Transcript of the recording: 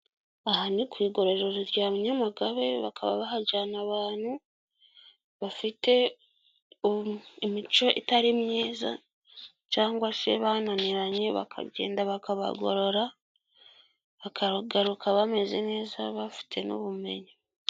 Aha ni ku igorojoro rya Nyamagabe bakaba bahajyana abantu bafite imico itari myiza cyangwa se bananiranye bakagenda bakabagorora bakagaruka bameze neza bafite n'ubumenyi.